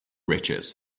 riches